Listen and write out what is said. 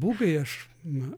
būgai aš na